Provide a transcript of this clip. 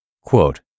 Quote